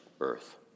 earth